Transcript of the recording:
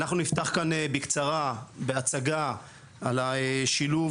אנחנו נפתח כאן בקצרה בהצגה על שילוב